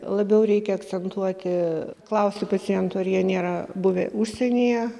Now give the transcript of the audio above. labiau reikia akcentuoti klausiu pacientų ar jie nėra buvę užsienyje